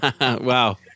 Wow